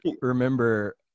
remember